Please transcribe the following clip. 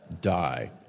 die